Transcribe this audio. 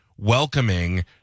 welcoming